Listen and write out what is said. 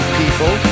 people